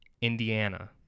Indiana